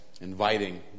inviting